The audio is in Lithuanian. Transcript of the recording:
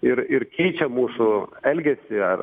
ir ir keičia mūsų elgesį ar